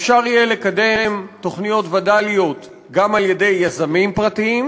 אפשר יהיה לקדם תוכניות וד"ליות גם על-ידי יזמים פרטיים,